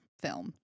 film